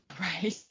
Right